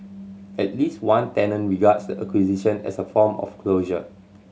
at least one tenant regards the acquisition as a form of closure